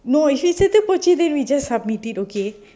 no is it செத்து போச்சுது:sethu pochuthu we just submit it okay